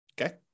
okay